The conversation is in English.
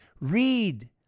Read